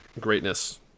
greatness